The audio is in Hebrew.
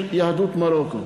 של יהדות מרוקו.